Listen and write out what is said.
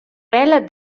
ella